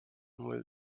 mul